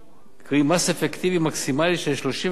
קרי מס אפקטיבי מקסימלי של 36%,